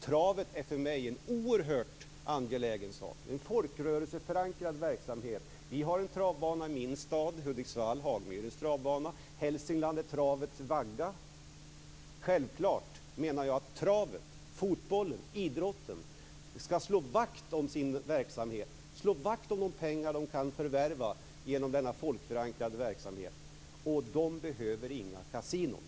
Travet är för mig en oerhört angelägen sak, en folkrörelseförankrad verksamhet. Det finns en travbana i min hemstad Hudiksvall, Hagmyrens travbana. Hälsingland är travets vagga. Travet, fotbollen och idrotten skall slå vakt om sin verksamhet och de pengar de kan förvärva genom denna folkförankrade verksamhet. De behöver inga kasinon.